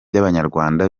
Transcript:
by’abanyarwanda